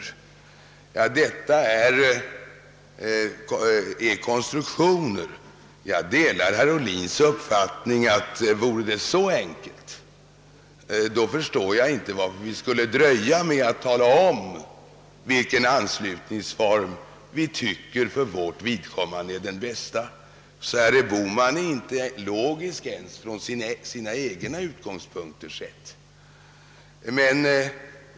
Detta är konstruktioner. Jag delar herr Obhlins uppfattning att man, om det vore så enkelt, inte skulle ha anledning att dröja med att tala om vilken anslutningsform som för vårt vidkommande är den bästa. Herr Bohman är inte logisk ens från sina egna utgångspunkter.